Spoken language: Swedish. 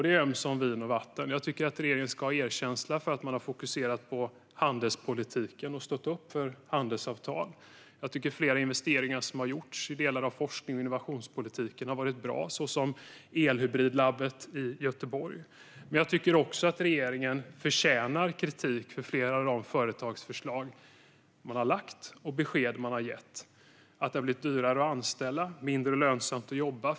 Det är ömsom vin, ömsom vatten. Jag tycker att regeringen ska ha erkänsla för att den har fokuserat på handelspolitiken och stått upp för handelsavtal. Jag tycker att flera investeringar som gjorts i delar av forsknings och innovationspolitiken har varit bra, till exempel elhybridlabbet i Göteborg. Men jag tycker också att regeringen förtjänar kritik för flera av de företagsförslag man har lagt fram och besked man har gett. Det har blivit dyrare att anställa och mindre lönsamt att jobba.